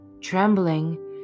Trembling